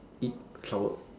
eat sour